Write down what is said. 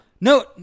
No –